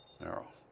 narrow